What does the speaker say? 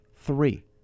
Three